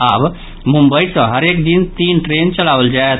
आब मुंबई सँ हरेक दिन तीन ट्रेन चलाओल जायत